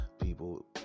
People